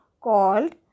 called